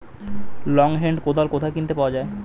Long hand কোদাল কোথায় কিনতে পাওয়া যায়?